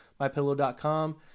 MyPillow.com